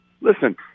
listen